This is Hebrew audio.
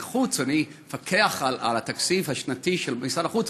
חוץ אני מפקח על התקציב השנתי של משרד החוץ,